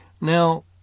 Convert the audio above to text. Now